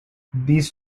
these